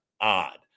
odd